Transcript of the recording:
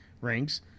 ranks